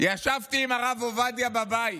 ישבתי עם הרב עובדיה בבית